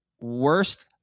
worst